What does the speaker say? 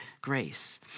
grace